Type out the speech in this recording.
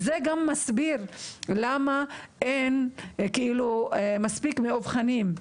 זה גם מסביר למה אין מספיק מאובחנים,